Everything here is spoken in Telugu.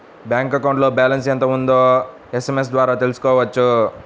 బ్యాంక్ అకౌంట్లో బ్యాలెన్స్ ఎంత ఉందో ఎస్ఎంఎస్ ద్వారా తెలుసుకోవచ్చు